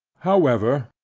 however,